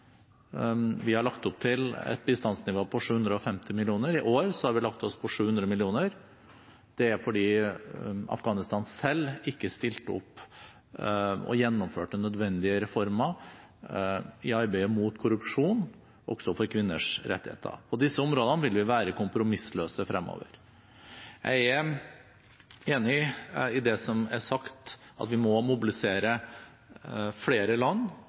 Vi har lagt opp til et bistandsnivå på 750 mill. kr. I år har vi lagt oss på 700 mill. kr. Det er fordi Afghanistan selv ikke stilte opp og gjennomførte nødvendige reformer i arbeidet mot korrupsjon og for kvinners rettigheter. På disse områdene vil vi være kompromissløse fremover. Jeg er enig i det som er sagt, at vi må mobilisere flere land